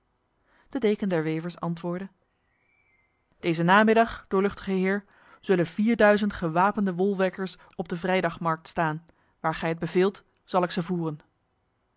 de deken der wevers antwoordde deze namiddag doorluchtige heer zullen vierduizend gewapende wolwerkers op de vrijdagmarkt staan waar gij het beveelt zal ik ze voeren